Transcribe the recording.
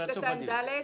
סעיף קטן (ד):